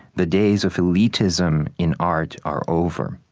the days of elitism in art are over.